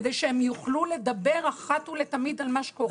כדי שהם יוכלו לדבר אחת ולתמיד על מה שקורה להם.